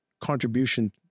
contribution